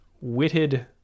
Witted